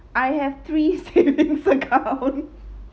I have three savings account